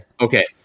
Okay